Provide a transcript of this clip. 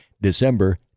December